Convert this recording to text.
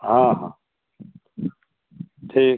हाँ हाँ ठीक